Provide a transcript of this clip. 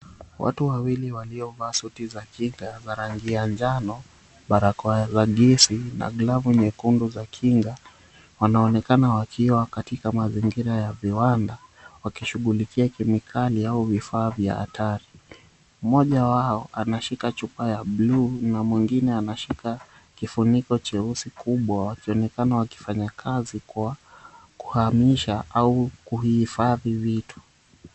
Watu wawili waliovaa suti za kika za rangi ya njano barakoa za ngezi na glavu nyekundu za kinga wanaonekana wakiwa katika mazingira ya viwanda wakishughulikia kemikali au vivaa vya hatari. Mmoja wao anashika chupa ya buluu na mwingine anashika kifuniko cheusi kubwa wakionekana wakifanya kazi kwa kuhamisha au kuhifadhi vitu.